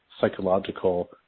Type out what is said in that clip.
psychological